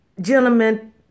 gentlemen